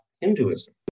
Hinduism